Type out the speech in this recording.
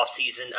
offseason